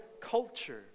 culture